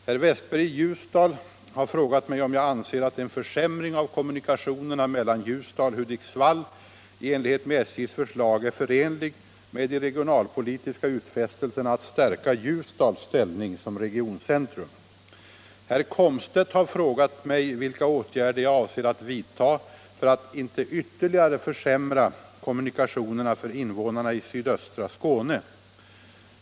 Herr Westberg i Ljusdal har frågat mig om jag anser att en försämring av kommunikationerna mellan Ljusdal och Hudiksvall i enlighet med SJ:s förslag är förenlig med de regionalpolitiska utfästelserna att stärka Ljusdals ställning som regioncentrum. Herr Komstedt har frågat mig vilka åtgärder jag avser att vidta för att inte ytterligare försämra kommunikationerna för invånarna i sydöstra Skåne.